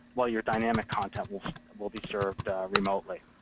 while your dynamic content will will be served remotely.